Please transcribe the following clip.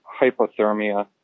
hypothermia